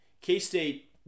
K-State